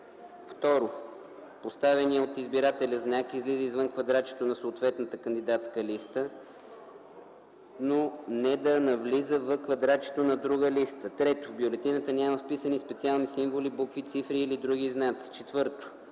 2. поставеният от избирателя знак излиза извън квадратчето на съответната кандидатска листа, но не да навлиза в квадратчето на друга листа. 3. в бюлетината няма вписани специални символи, букви, цифри или други знаци. 4.